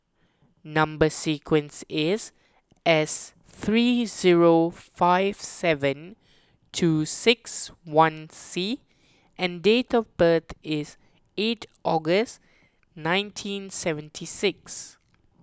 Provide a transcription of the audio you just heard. Number Sequence is S three zero five seven two six one C and date of birth is eight August nineteen seventy ix